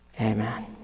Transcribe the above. amen